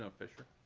ah fischer